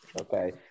okay